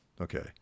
Okay